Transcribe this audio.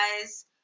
guys